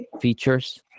features